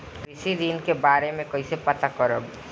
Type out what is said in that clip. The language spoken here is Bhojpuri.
कृषि ऋण के बारे मे कइसे पता करब?